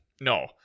No